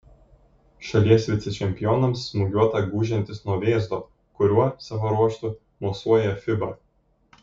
šalies vicečempionams smūgiuota gūžiantis nuo vėzdo kuriuo savo ruožtu mosuoja fiba